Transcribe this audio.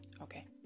Okay